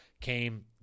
came